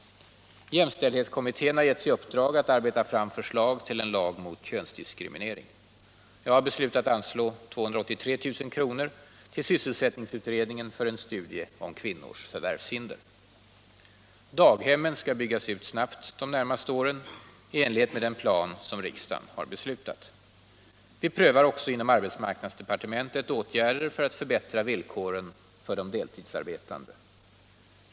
Jämställdhetskommittén har givits i uppdrag att arbeta fram förslag till en lag mot könsdiskriminering. Jag har beslutat anslå 283 000 kr. till sysselsättningsutredningen för en studie om kvinnors förvärvshinder. Daghemmen skall byggas ut snabbt de närmaste åren, i enlighet med den plan riksdagen beslutat. Vi prövar också inom arbetsmarknadsdepartementet åtgärder för att förbättra villkoren för de deltidsarbetande.